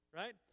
right